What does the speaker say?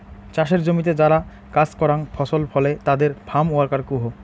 চাসের জমিতে যারা কাজ করাং ফসল ফলে তাদের ফার্ম ওয়ার্কার কুহ